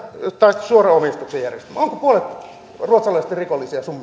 tai suoran omistuksen järjestelmä onko puolet ruotsalaisista rikollisia sinun